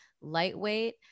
lightweight